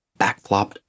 backflopped